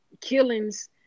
killings